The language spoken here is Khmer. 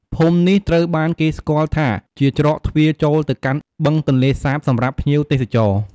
ភូមិនេះត្រូវបានគេស្គាល់ថាជាច្រកទ្វារចូលទៅកាន់បឹងទន្លេសាបសម្រាប់ភ្ញៀវទេសចរ។